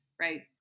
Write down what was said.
Right